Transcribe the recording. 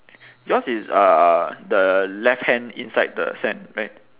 yours is uh the left hand inside the sand right